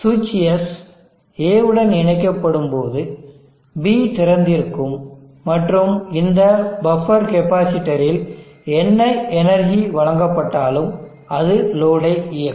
சுவிட்ச் S A உடன் இணைக்கப்படும்போது B திறந்திருக்கும் மற்றும் இந்த பஃப்பர் கெப்பாசிட்டரில் என்ன எனர்ஜி வழங்கப்பட்டாலும் அது லோடை இயக்கும்